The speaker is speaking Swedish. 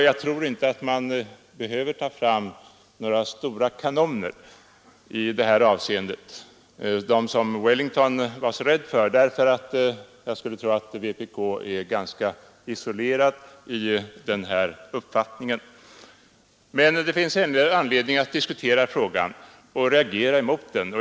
Jag tror inte att man behöver ta fram några stora kanoner som Wellington, enligt herr Takman, var så rädd för, då vpk förmodligen är ganska isolerat i sin uppfattning. Men det finns anledning att diskutera frågan och reagera mot den.